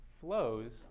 flows